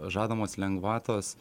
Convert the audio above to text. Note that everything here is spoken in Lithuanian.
žadamos lengvatos